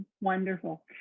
wonderful